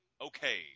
Okay